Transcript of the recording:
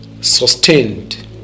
sustained